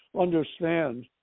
understand